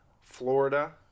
Florida